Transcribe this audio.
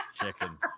Chickens